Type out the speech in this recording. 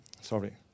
sorry